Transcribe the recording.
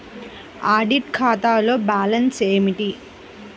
Audit ఖాతాలో balance ఏమిటీ?